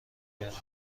کردم